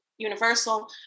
Universal